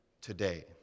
today